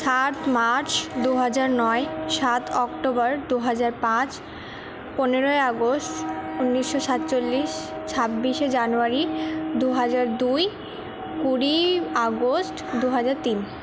সাত মার্চ দুহাজার নয় সাত অক্টোবর দুহাজার পাঁচ পনেরোই আগস্ট উন্নিশশো সাতচল্লিশ ছাব্বিশে জানোয়ারি দুহাজার দুই কুড়ি আগস্ট দু হাজার তিন